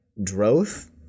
Droth